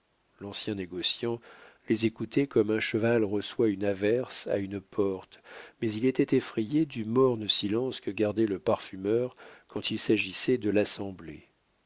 l'ancien négociant les écoutait comme un cheval reçoit une averse à une porte mais il était effrayé du morne silence que gardait le parfumeur quand il s'agissait de l'assemblée